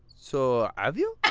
so. have you?